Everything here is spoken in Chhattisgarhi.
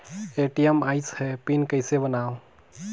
ए.टी.एम आइस ह पिन कइसे बनाओ?